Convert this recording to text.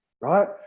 right